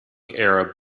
arab